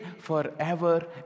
forever